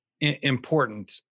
important